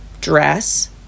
dress